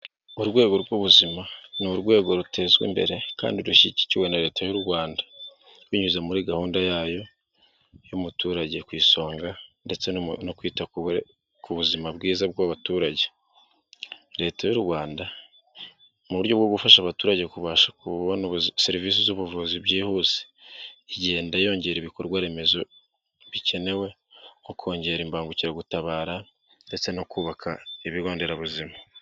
Urwego rw'ubuzima ni urwego rutezwa imbere kandi rushyigikiwe na leta y'u Rwanda binyuze muri gahunda yayo y'umuturage ku isonga no kwita ku buzima bwiza bw'abaturage. Leta y'u Rwanda mu buryo bwo gufasha abaturage kuba serivisi z'ubuvuzi byihuse, igenda yongera ibikorwa remezo bikenewe nko kongera im imbagukiragutabara ndetse no kubaka ibigonderabuzima.